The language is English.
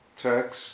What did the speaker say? text